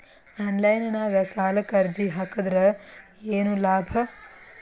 Online ನಾಗ್ ಸಾಲಕ್ ಅರ್ಜಿ ಹಾಕದ್ರ ಏನು ಲಾಭ?